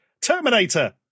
Terminator